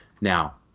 Now